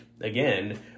again